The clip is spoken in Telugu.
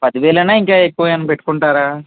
పది వేలేనా ఇంకా ఎక్కువ ఏమైనా పెట్టుకుంటారా